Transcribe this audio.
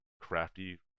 crafty